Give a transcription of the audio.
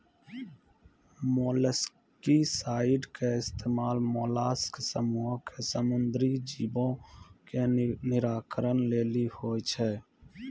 molluscicide के इस्तेमाल mollusc समूहो के समुद्री जीवो के निराकरण लेली होय छै